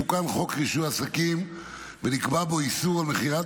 תוקן חוק רישוי עסקים ונקבע בו איסור מכירת